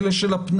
אלה של הפנאי,